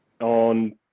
on